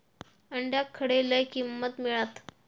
अंड्याक खडे लय किंमत मिळात?